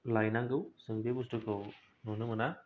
लायनांगौ जों बे बुस्तुखौ नुनो मोना